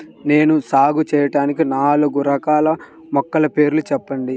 నేను సాగు చేయటానికి నాలుగు రకాల మొలకల పేర్లు చెప్పండి?